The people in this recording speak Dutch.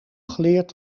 geleerd